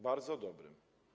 Bardzo dobrym.